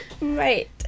Right